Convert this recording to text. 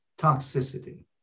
toxicity